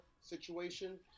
situation